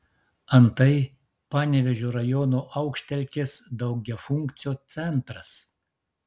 antai panevėžio rajono aukštelkės daugiafunkcio centras